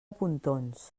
pontons